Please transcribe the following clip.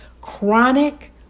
Chronic